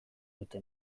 dute